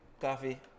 coffee